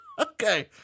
Okay